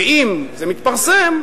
ואם זה מתפרסם,